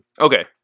Okay